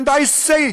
and I say,